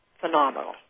phenomenal